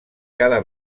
cada